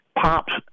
Pops